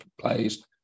plays